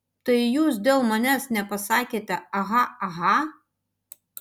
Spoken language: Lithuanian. tai jūs dėl manęs nepasakėte aha aha